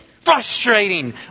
frustrating